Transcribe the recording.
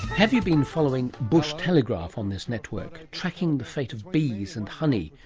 have you been following bush telegraph on this network, tracking the fate of bees and honey,